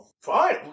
fine